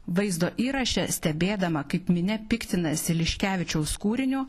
vaizdo įraše stebėdama kaip minia piktinasi liškevičiaus kūriniu